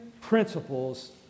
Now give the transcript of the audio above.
principles